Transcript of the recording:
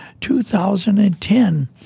2010